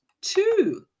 two